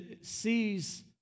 sees